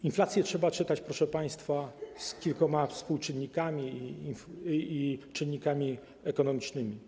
Inflację trzeba czytać, proszę państwa, z kilkoma współczynnikami i czynnikami ekonomicznymi.